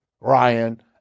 Ryan